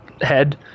head